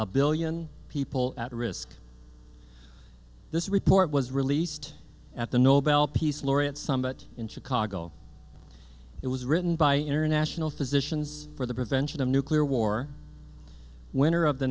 a billion people at risk this report was released at the nobel peace laureate summit in chicago it was written by international physicians for the prevention of nuclear war winner of the